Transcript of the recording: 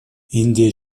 индия